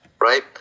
right